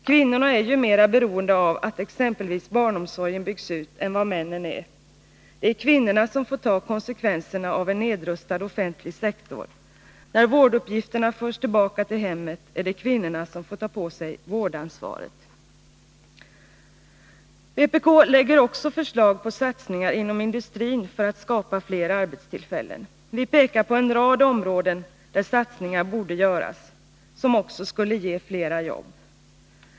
Kvinnorna är ju mera beroende av att exempelvis barnomsorgen byggs ut än vad männen är. Det är kvinnorna som får ta konsekvenserna av en nedrustad offentlig sektor. När vårduppgifterna förs tillbaka till hemmet, är det kvinnorna som får ta på sig vårdansvaret. Vpk lägger också fram förslag på satsningar inom industrin för att skapa fler arbetstillfällen. Vi pekar på en rad områden där satsningar borde göras, satsningar som också skulle ge fler jobb.